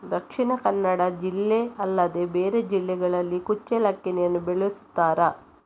ದಕ್ಷಿಣ ಕನ್ನಡ ಜಿಲ್ಲೆ ಅಲ್ಲದೆ ಬೇರೆ ಜಿಲ್ಲೆಗಳಲ್ಲಿ ಕುಚ್ಚಲಕ್ಕಿಯನ್ನು ಬೆಳೆಸುತ್ತಾರಾ?